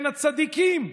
כן, הצדיקים,